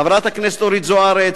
חברת הכנסת אורית זוארץ,